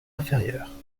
inférieure